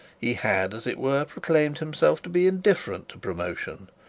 he had, as it were, proclaimed himself to be indifferent to promotion,